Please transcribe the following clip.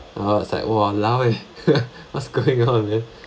and I was like !walao! eh what's going on man